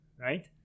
right